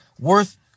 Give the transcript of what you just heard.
worth